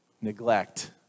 neglect